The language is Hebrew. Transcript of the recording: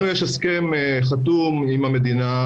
לנו יש הסכם חתום עם המדינה,